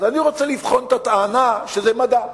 אז אני רוצה לבחון את הטענה שזה מדע.